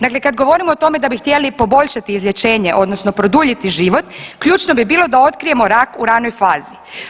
Dakle, kad govorimo o tome da bi htjeli poboljšati izlječenje odnosno produljiti život ključno bi bilo da otkrijemo rak u ranoj fazi.